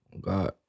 God